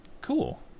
cool